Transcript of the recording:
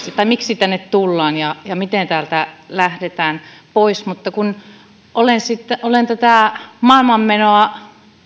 sitä miksi tänne tullaan ja ja miten täältä lähdetään pois mutta kun olen tätä maailman menoa